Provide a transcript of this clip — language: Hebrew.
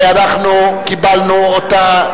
ואנחנו קיבלנו אותה,